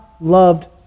loved